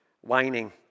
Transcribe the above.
Whining